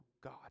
God